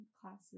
classes